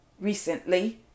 Recently